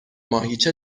ماهیچه